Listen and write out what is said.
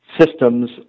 systems